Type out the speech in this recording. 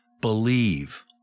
Believe